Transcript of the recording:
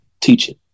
teaching